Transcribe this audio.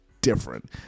different